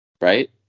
right